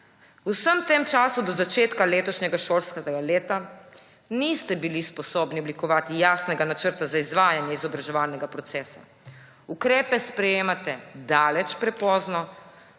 vsem tem času do začetka letošnjega šolskega leta niste bili sposobni oblikovati jasnega načrta za izvajanje izobraževalnega procesa. Ukrepe sprejemate daleč prepozno,